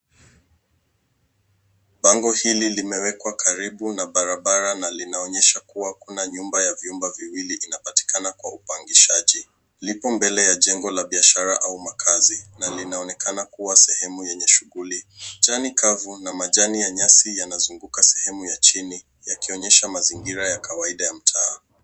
Bango hili limewekwa karibu na barabara na linaonyesha kua kuna nyumba la vyumba viwili vinavyopatikana kwa upangishaji. Lipo mbele ya biashara au makaazi na linaonekana kua sehemu lenye shughuli. Njia ni kavu na majani ya nyasi yanazunguka sehemu ya chini yakionyesha mazingira ya kawaida ya mtaa.